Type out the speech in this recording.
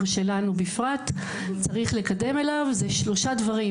שלנו בפרט צריך לקדם אליו זה שלושה דברים,